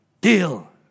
Deal